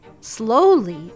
Slowly